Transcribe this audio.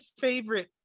favorite